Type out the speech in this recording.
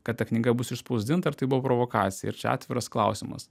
kad ta knyga bus išspausdinta ar tai buvo provokacija ir čia atviras klausimas